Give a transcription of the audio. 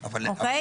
אוקיי?